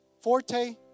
forte